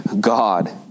God